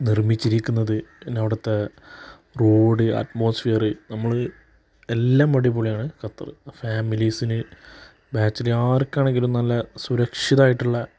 നിർമ്മിച്ചിരിക്കുന്നത് പിന്നെ അവിടുത്തെ റോഡ് അറ്റ്മോസ്ഫിയറ് നമ്മൾ എല്ലാം അടിപൊളിയാണ് ഖത്തറ് ഫാമിലീസിന് ബാച്ചിലെ ആർക്കാണെങ്കിലും നല്ല സുരക്ഷിതമായിട്ടുള്ള